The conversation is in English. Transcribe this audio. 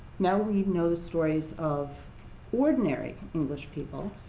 now we know the stories of ordinary english people,